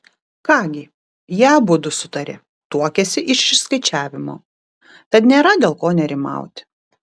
ką gi jie abudu sutarė tuokiąsi iš išskaičiavimo tad nėra dėl ko nerimauti